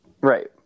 Right